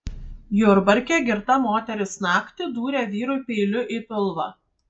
jurbarke girta moteris naktį dūrė vyrui peiliu į pilvą